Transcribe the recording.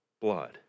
blood